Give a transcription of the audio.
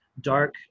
dark